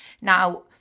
Now